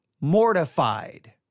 mortified